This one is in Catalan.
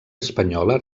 espanyola